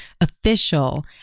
official